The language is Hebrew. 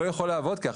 זה לא יכול לעבוד ככה.